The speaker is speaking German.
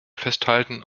festhalten